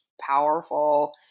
powerful